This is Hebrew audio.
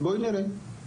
בואי נראה.